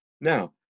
Now